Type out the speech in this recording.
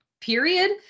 period